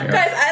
Guys